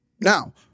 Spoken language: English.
Now